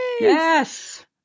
Yes